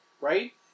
Right